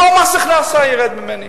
אותו מס הכנסה ירד ממני,